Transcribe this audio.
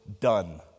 done